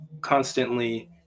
constantly